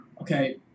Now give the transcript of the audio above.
okay